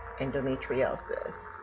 endometriosis